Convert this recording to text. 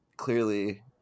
Clearly